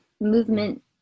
Movement